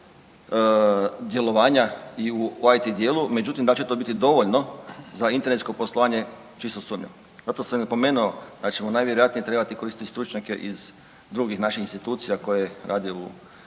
djelovanja i u IT dijelu, međutim da li će to biti dovoljno za internetsko poslovanje čisto sumnjam. Zato sam i napomenuo da ćemo najvjerojatnije trebati koristiti stručnjake iz drugih naših institucija koje rade u